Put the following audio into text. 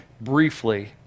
briefly